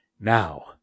Now